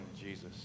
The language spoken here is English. jesus